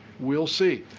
we'll see.